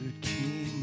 king